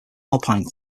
alpine